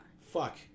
fuck